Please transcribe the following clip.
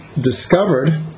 discovered